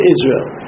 Israel